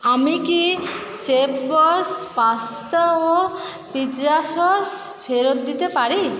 আমি কি chef boss pasta ও পিৎজা সস ফেরত দিতে পারি